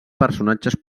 personatges